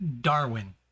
Darwin